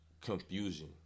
confusion